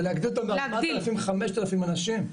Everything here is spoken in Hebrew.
זה להגדיל אותם ב-4,000-5,000 אנשים.